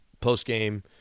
post-game